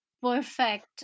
perfect